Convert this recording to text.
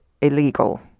illegal